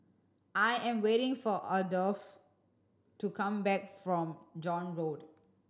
I am waiting for Adolfo to come back from John Road